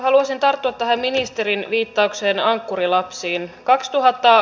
haluaisin tarttua tähän ministerin viittaukseen ankkurilapsista